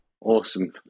Awesome